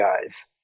guys